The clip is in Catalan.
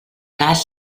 cas